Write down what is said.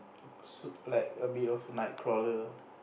so like a bit of Nightcrawler